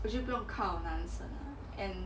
我就不用靠男生了 and